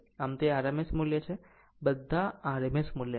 આમ તે RMS મૂલ્ય છે બધા RMS મૂલ્ય છે